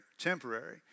temporary